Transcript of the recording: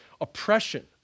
oppression